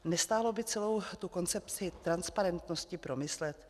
Nestálo by celou tu koncepci transparentnosti promyslet?